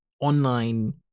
online